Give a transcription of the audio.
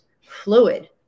fluid